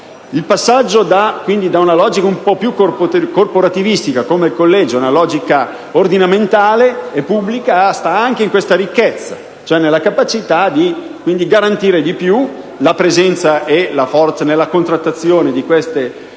Il passaggio dalla logica un po' più corporativistica quale quella del collegio, alla logica ordinamentale e pubblica sta anche in questa ricchezza, cioè nella capacità di garantire maggiormente la presenza e la forza nella contrattazione di queste professioni